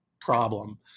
problem